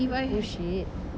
bullshit